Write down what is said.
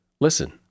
Listen